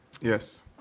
Yes